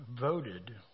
voted